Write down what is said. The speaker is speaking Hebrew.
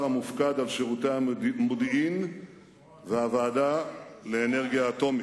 סגן ראש הממשלה והשר המופקד על שירותי המודיעין והוועדה לאנרגיה אטומית.